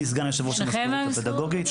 אני סגן יושב ראש המזכירות הפדגוגית.